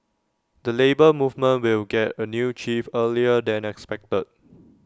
the Labour Movement will get A new chief earlier than expected